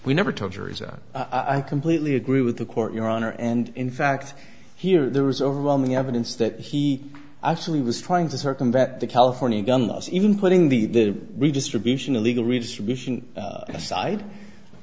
are i completely agree with the court your honor and in fact here there is overwhelming evidence that he actually was trying to circumvent the california gun laws even putting the redistribution illegal redistribution aside i